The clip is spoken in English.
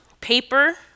paper